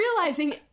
realizing